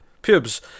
pubes